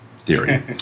theory